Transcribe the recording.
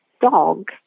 dog